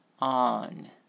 on